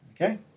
Okay